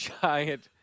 giant